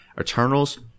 Eternals